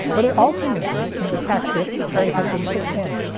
but it also means that it can detect if the tray has been pushed in,